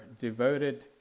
devoted